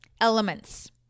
elements